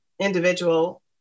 individual